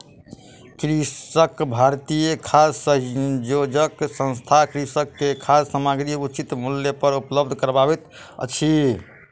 कृषक भारती खाद्य सहयोग संस्थान कृषक के खाद्य सामग्री उचित मूल्य पर उपलब्ध करबैत अछि